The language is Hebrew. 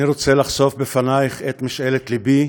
אני רוצה לחשוף בפנייך את משאלת לבי,